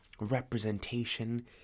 representation